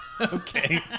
Okay